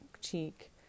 cheek